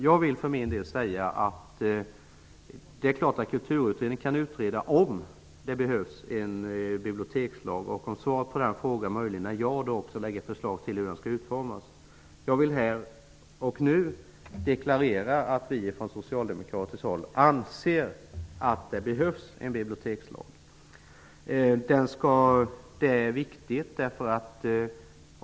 Jag vill för min del säga att det är klart att Kulturutredningen kan utreda frågan om det behövs en bibliotekslag, och om svaret blir ja kan den också lägga fram ett förslag till hur den skall utformas. Jag vill här och nu deklarera att vi från socialdemokratiskt håll anser att det behövs en bibliotekslag.